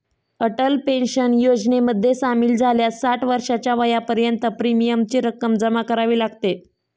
Atal pension योजनेमध्ये सामील झाल्यास साठ वर्षाच्या वयापर्यंत प्रीमियमची रक्कम जमा करावी लागते